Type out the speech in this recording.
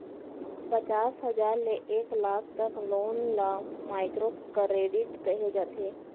पचास हजार ले एक लाख तक लोन ल माइक्रो करेडिट कहे जाथे